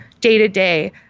day-to-day